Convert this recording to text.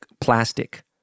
plastic